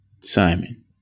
Simon